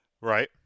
right